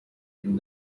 and